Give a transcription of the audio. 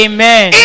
Amen